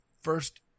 first